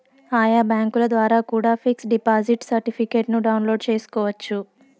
ఆయా బ్యాంకుల ద్వారా కూడా పిక్స్ డిపాజిట్ సర్టిఫికెట్ను డౌన్లోడ్ చేసుకోవచ్చు